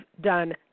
done